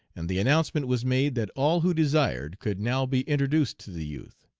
and the announcement was made that all who desired could now be introduced to the youth.